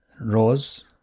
rose